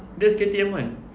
that's K_T_M [one]